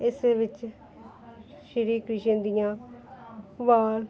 ਇਸਦੇ ਵਿੱਚ ਸ਼੍ਰੀ ਕ੍ਰਿਸ਼ਨ ਦੀਆਂ ਬਾਲ